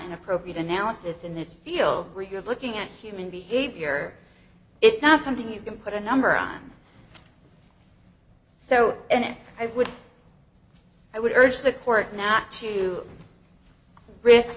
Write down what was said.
an appropriate analysis in this field where you're looking at human behavior it's not something you can put a number on so and i would i would urge the court not to risk